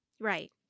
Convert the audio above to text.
Right